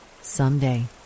someday